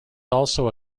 also